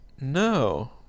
No